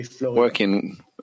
working